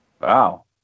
wow